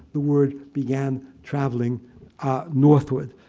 the word began travelling northward.